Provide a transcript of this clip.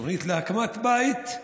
תוכנית להקמת בית,